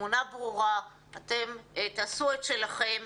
התמונה ברורה, אתם תעשו את שלכם.